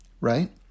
Right